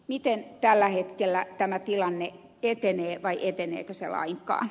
miten tällä hetkellä tilanne etenee vai eteneekö se aika